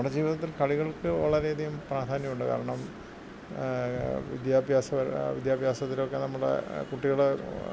നമ്മുടെ ജീവിതത്തിൽ കളികൾക്ക് വളരെയധികം പ്രധാന്യമുണ്ട് കാരണം വിദ്യാഭ്യാസ വിദ്യാഭ്യാസത്തിലൊക്കെ നമ്മുടെ കുട്ടികള്